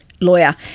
lawyer